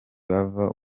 bavuga